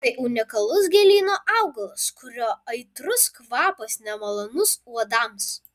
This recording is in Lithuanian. tai unikalus gėlyno augalas kurio aitrus kvapas nemalonus uodams